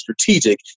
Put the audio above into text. strategic